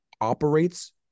operates